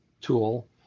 tool